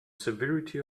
severity